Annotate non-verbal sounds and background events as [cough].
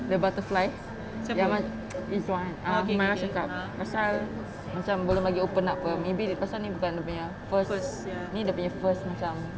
the butterfly yang mac~ [noise] izuan uh humairah cakap pasal macam belum lagi open up [pe] maybe the person bukan dia punya first ni dia punya first macam